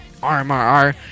RMRR